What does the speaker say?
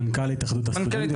מנכ"ל התאחדות הסטודנטים.